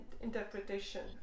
interpretation